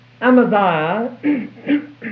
Amaziah